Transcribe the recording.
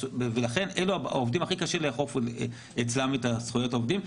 לכן אלה העובדים שהכי קשה לאכוף אצלם את זכויות העובדים.